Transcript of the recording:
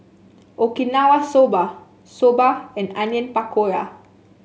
Okinawa Soba Soba and Onion Pakora